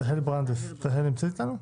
תהל נמצאת איתנו?